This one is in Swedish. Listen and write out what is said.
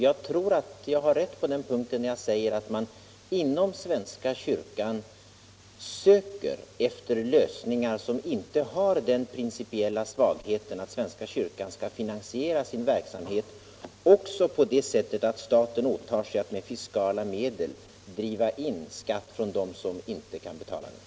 Jag tror att jag har rätt när jag säger att man inom svenska kyrkan söker efter en lösning som inte har den principiella svagheten att svenska kyrkan skall finansiera sin verksamhet också på det sättet att staten åtar sig att med fiskala medel driva in skatt från dem som är medlemmar.